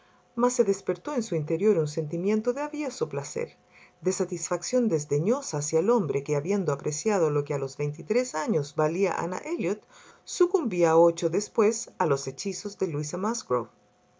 mas se despertó en su interior un sentimiento de avieso placer de satisfacción desdeñosa hacia el hombre que habiendo apreciado lo que a los veintitrés años valía ana elliot sucumbía ocho después a loa hechizos de luisa